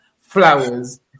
flowers